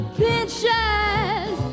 pinches